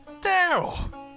Daryl